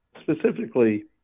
specifically